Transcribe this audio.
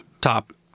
Top